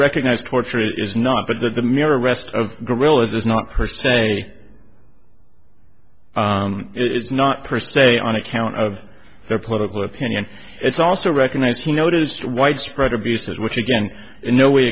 recognize torture is not but that the mere arrest of guerrillas is not per se it's not per se on account of their political opinion it's also recognized he noticed widespread abuses which again in no way